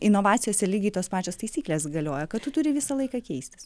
inovacijos ir lygiai tos pačios taisyklės galioja kad tu turi visą laiką keistis